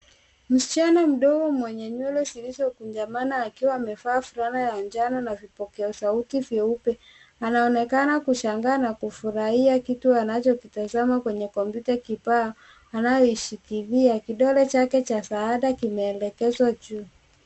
Msichana mdogo mwenye nywele zilizokunjamana akiwa amevaa fulana ya njano na vipokea sauti vyeupe. anaonekana kushangaa na kufurahia kitu anachokitazama kwenye kompyuta kibao anayoishikiila. Kidole chake cha shahada kimeelekezwa juu.